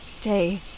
day